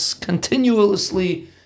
continuously